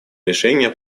решение